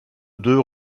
deux